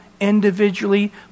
individually